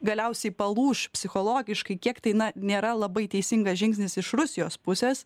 galiausiai palūš psichologiškai kiek tai na nėra labai teisingas žingsnis iš rusijos pusės